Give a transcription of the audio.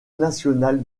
national